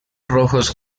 rojos